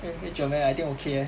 会会久 meh I think okay leh